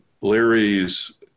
Larry's